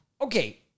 Okay